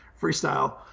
freestyle